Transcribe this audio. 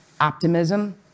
optimism